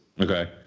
Okay